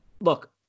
look